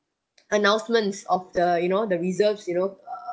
announcements of the you know the reserves you know err